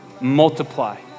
multiply